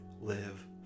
live